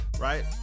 right